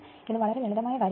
ഇത് വളരെ ലളിതമാണ്